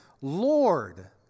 Lord